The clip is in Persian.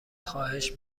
خواهش